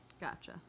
Gotcha